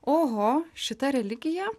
oho šita religija